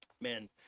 man